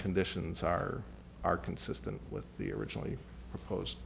conditions are are consistent with the originally p